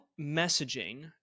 messaging